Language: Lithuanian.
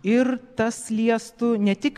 ir tas liestų ne tik